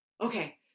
Okay